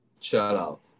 Shout-out